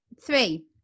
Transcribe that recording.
three